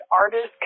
artists